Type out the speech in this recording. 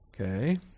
Okay